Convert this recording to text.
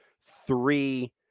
three